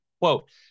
Quote